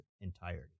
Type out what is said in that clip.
entirety